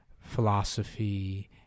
philosophy